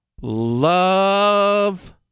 love